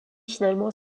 finalement